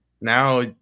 now